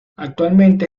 actualmente